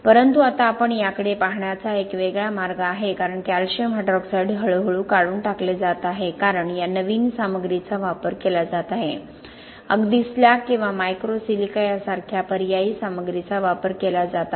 परंतु आता आपण याकडे पाहण्याचा एक वेगळा मार्ग आहे कारण कॅल्शियम हायड्रॉक्साईड हळूहळू काढून टाकले जात आहे कारण या नवीन सामग्रीचा वापर केला जात आहे अगदी स्लॅग किंवा मायक्रो सिलिका सारख्या पर्यायी सामग्रीचा वापर केला जात आहे